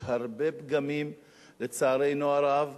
יש הרבה פגמים לצערנו הרב